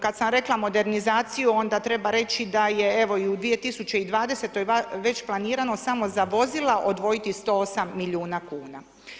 Kad sam rekla modernizaciju onda treba reći da je evo i u 2020. već planirano samo za vozila odvojiti 108 milijuna kuna.